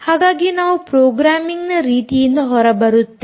ಹಾಗಾಗಿ ನಾವು ಪ್ರೋಗ್ರಾಮ್ಮಿಂಗ್ ನ ರೀತಿಯಿಂದ ಹೊರಬರುತ್ತೇವೆ